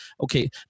okay